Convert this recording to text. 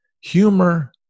humor